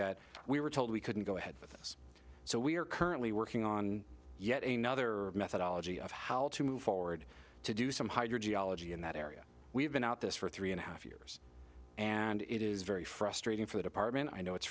that we were told we couldn't go ahead with us so we are currently working on yet another methodology of how to move forward to do some hydra geology in that area we have been at this for three and a half years and it is very frustrating for the department i know it's